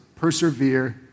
persevere